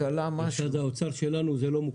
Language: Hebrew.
למשרד האוצר שלנו זה לא מוכר.